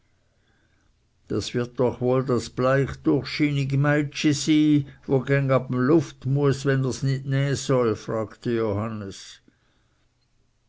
das wird doch wohl das bleich durchschynig meitschi sy wo geng ab em luft mueß wenn ers nit näh soll fragte johannes